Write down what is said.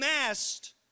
asked